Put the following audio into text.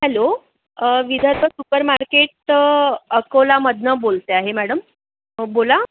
hello Vidarbha supermarket अकोलामधनं बोलत आहे मॅडम बोला